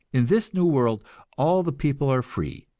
in this new world all the people are free.